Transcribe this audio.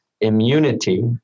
immunity